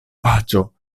paĉjo